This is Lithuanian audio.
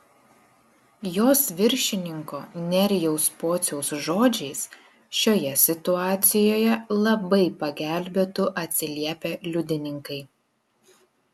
jos viršininko nerijaus pociaus žodžiais šioje situacijoje labai pagelbėtų atsiliepę liudininkai